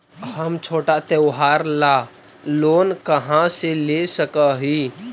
हम छोटा त्योहार ला लोन कहाँ से ले सक ही?